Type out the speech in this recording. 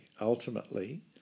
ultimately